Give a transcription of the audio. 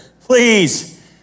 Please